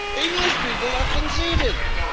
english people are conceited.